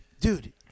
Dude